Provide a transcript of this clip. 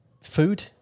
food